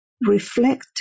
reflect